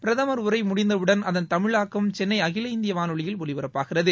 பிரதமா் உரை முடிந்தவடன் அதன் தமிழ் ாக்கம் சென்னை அகில இந்திய ஒலிபரப்பாகிறது